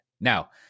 Now